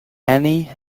annie